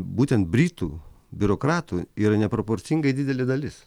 būtent britų biurokratų yra neproporcingai didelė dalis